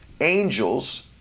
angels